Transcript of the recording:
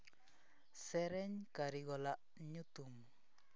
ᱥᱮᱨᱮᱧ ᱠᱟᱹᱨᱤᱜᱚᱞᱟᱜ ᱧᱩᱛᱩᱢ